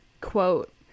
quote